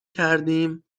کردیم